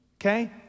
Okay